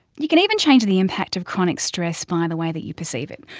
you can even change the impact of chronic stress by the way that you perceive it.